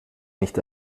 nicht